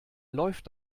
läuft